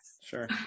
Sure